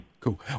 Cool